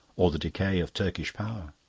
or the decay of turkish power.